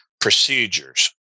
procedures